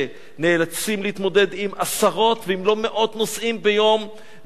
נאלצים להתמודד עם עשרות אם לא מאות נושאים ביום ולכבות